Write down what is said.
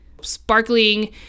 sparkling